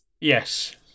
Yes